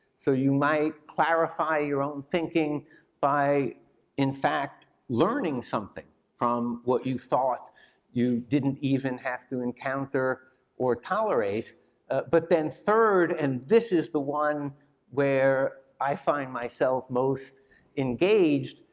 so you might clarify your own thinking by in fact learning something from what you thought you didn't even have to encounter or tolerate but then third, and this is the one where i find myself most engaged,